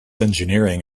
engineering